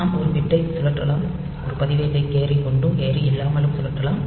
நாம் ஒரு பதிவேட்டை சுழற்றலாம் ஒரு பதிவேட்டை கேரி கொண்டும் கேரி இல்லாமலும் சுழற்றலாம்